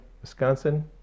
Wisconsin